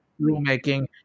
rulemaking